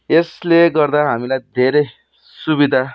यसले गर्दा हामीलाई धेरै सुविधा